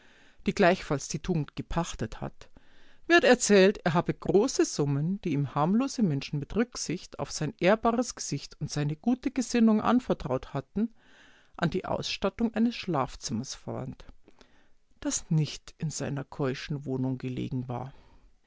die gleichfalls die tugend gepachtet hat wird erzählt er habe große summen die ihm harmlose menschen mit rücksicht auf sein ehrbares gesicht und seine gute gesinnung anvertraut hatten an die ausstattung eines schlafzimmers verwandt das nicht in seiner keuschen wohnung gelegen war